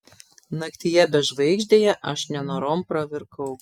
naktyje bežvaigždėje aš nenorom pravirkau